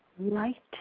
light